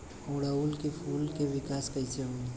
ओड़ुउल के फूल के विकास कैसे होई?